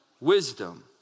wisdom